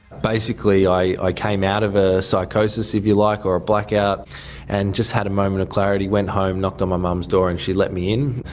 basically i came out of a psychosis, if you like, or a blackout and just had a moment of clarity, went home, knocked on my mum's door and she let me in,